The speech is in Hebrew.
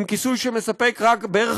עם כיסוי שמספק רק בערך